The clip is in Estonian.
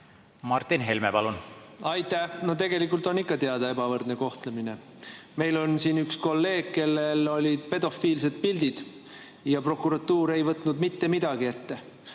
aitate sellele kaasa. Aitäh! No tegelikult on ikka teada ebavõrdne kohtlemine. Meil on siin üks kolleeg, kellel olid pedofiilsed pildid, aga prokuratuur ei võtnud mitte midagi ette.